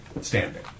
standing